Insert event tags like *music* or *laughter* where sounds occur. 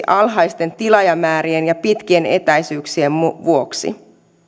*unintelligible* alhaisten tilaajamäärien ja pitkien etäisyyksien vuoksi